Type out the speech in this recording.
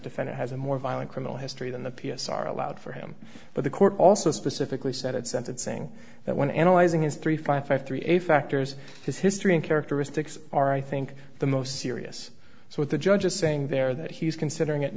defendant has a more violent criminal history than the p s r allowed for him but the court also specifically said at sentencing that when analyzing his three five five three eight factors his history and characteristics are i think the most serious so what the judge is saying there that he's considering it